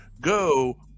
go